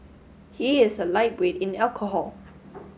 he is a lightweight in alcohol